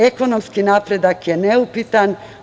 Ekonomski napredak je neupitan.